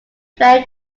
fair